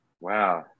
Wow